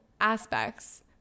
aspects